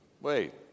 Wait